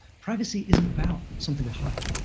privacy isn't about something to hide.